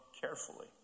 carefully